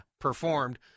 performed